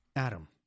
Adam